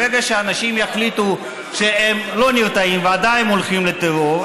ברגע שאנשים יחליטו שהם לא נרתעים ועדיין הולכים לטרור,